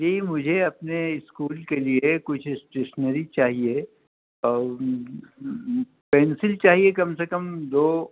جی مجھے اپنے اسکول کے لیے کچھ اسٹیشنری چاہیے اور پینسل چاہیے کم سے کم دو